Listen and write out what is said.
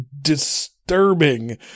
disturbing